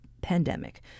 Pandemic